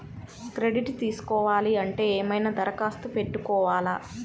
Credit తీసుకోవాలి అంటే ఏమైనా దరఖాస్తు పెట్టుకోవాలా?